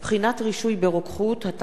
התשע"ב 2011,